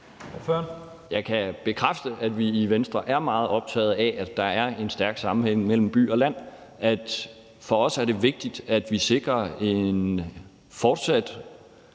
Jeg kan bekræfte, at vi i Venstre er meget optaget af, at der er en stærk sammenhæng mellem by og land. For os er det vigtigt, at vi sikrer en fortsat